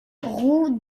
route